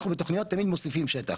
אנחנו בתוכניות תמיד מוסיפים שטח,